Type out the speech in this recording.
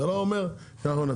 זה לא מובן מאליו,